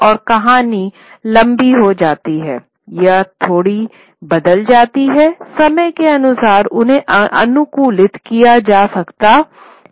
और कहानी लंबी हो जाती है या थोड़ा बदल जाती हैसमय के अनुसार उन्हें अनुकूलित किया जा सकता है